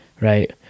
right